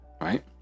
right